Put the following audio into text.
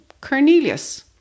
Cornelius